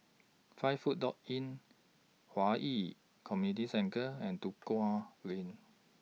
five Footway Inn Hwi Yoh Community Centre and Duku Lane